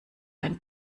ein